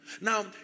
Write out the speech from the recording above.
Now